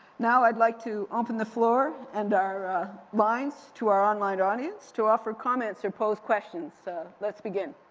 now i'd like to open the floor and our lines to our online audience to offer comments or pose questions, so let's begin.